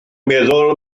meddwl